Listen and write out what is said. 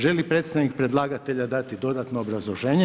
Želi predstavnik predlagatelja dati dodatno obrazloženje?